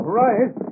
right